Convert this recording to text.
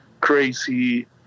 crazy